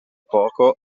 poco